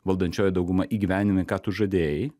valdančioji dauguma įgyvendinai ką tu žadėjai